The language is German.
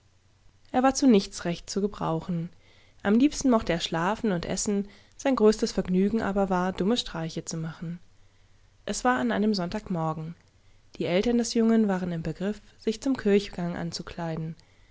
er war zu nichts recht zu gebrauchen am liebsten mochte er schlafen und essen sein größtes vergnügenaberwar dummestreichezumachen es war an einem sonntagmorgen die eltern des jungen waren im begriff sich zum kirchgang anzukleiden